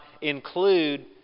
include